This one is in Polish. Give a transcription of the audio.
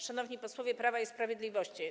Szanowni Posłowie Prawa i Sprawiedliwości!